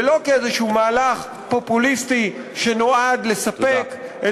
ולא כאיזה מהלך פופוליסטי שנועד לספק את